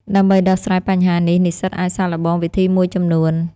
ដើម្បីដោះស្រាយបញ្ហានេះ និស្សិតអាចសាកល្បងវិធីមួយចំនួន។